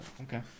okay